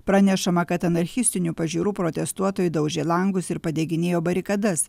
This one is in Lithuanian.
pranešama kad anarchistinių pažiūrų protestuotojai daužė langus ir padeginėjo barikadas